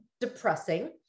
depressing